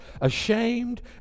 ashamed